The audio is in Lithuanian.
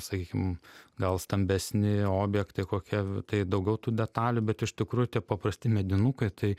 sakykim gal stambesni objektai kokie tai daugiau tų detalių bet iš tikrųjų tie paprasti medinukai tai